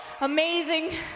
amazing